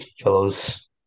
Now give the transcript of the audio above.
fellows